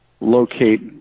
locate